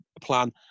plan